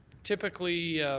typically,